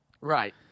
Right